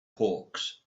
hawks